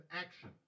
action